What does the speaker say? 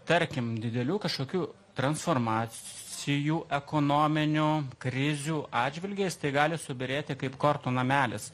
tarkim didelių kažkokių transformacijų ekonominių krizių atžvilgiais tai gali subyrėti kaip kortų namelis